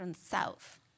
south